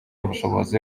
ubushobozi